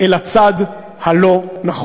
אל הצד הלא-נכון.